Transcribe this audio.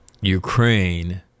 Ukraine